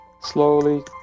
slowly